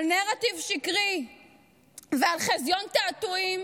של נרטיב שקרי ושל חזיון תעתועים